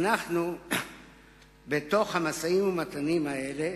בתוך המשאים-ומתנים האלה,